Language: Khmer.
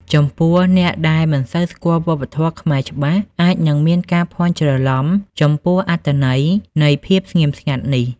ចំពោះអ្នកដែលមិនសូវស្គាល់វប្បធម៌ខ្មែរច្បាស់ អាចនឹងមានការភ័ន្តច្រឡំចំពោះអត្ថន័យនៃភាពស្ងៀមស្ងាត់នេះ។